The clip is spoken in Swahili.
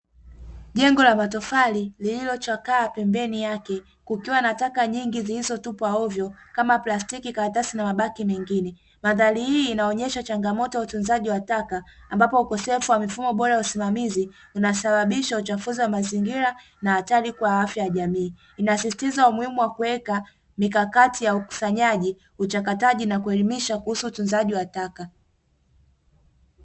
Jengo la matofali lililochakaa pembeni yake kukiwa na taka nyingi zilizotupwa hovyo kama; plastiki, karatasi na mabaki mengine. Mandhari hii inaonyesha changamoto ya utunzaji wa taka ambapo ukosefu wa mifumo bora ya usimamizi unasababisha uchafuzi wa mazingira na hatari kwa afya ya jamii. Inasisitizwa umuhimu wa kuweka mikakati ya ukusanyaji, uchakataji, na kuelimisha kuhusu utunzaji wa taka.